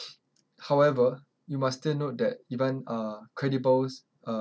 however you must take note that even uh credible s~ uh